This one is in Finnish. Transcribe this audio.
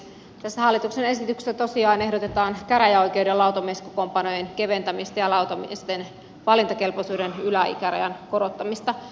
tässä hallituksen esityksessä tosiaan ehdotetaan käräjäoikeuden lautamieskokoonpanojen keventämistä ja lautamiesten valintakelpoisuuden yläikärajan korottamista